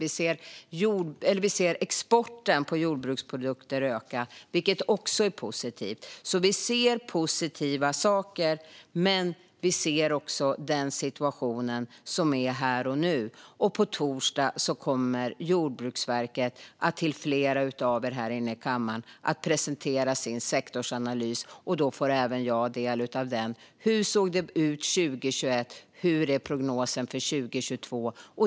Vi ser exporten av jordbruksprodukter öka, vilket också är positivt. Vi ser alltså positiva saker, men vi ser också den situation som är här och nu. På torsdag kommer Jordbruksverket att för flera här inne presentera sin sektorsanalys. Då får även jag del av den. Hur såg det ut 2021, och vad är prognosen för 2022?